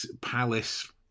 palace